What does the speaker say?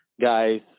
guys